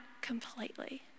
completely